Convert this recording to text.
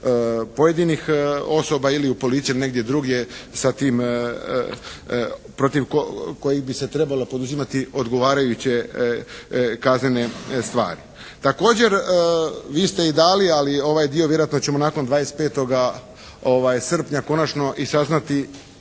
pojedinih osoba ili u policiji negdje drugdje sa tim protiv kojih bi se trebalo poduzimati odgovarajuće kaznene stvari. Također vi ste i dali, ali ovaj dio vjerojatno ćemo nakon 25. srpnja konačno i saznati